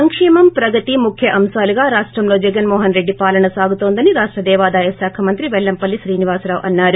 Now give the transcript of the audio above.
సంకేమం ప్రగతి ముఖ్య అంశాలుగా రాష్టంలో జగన్మోహన్ రెడ్డి పాలన సాగుతోందని రాష్ట దేవాదాయ శాఖ మంత్రి పెల్లంపల్లి శ్రీనివాసరావు అన్నారు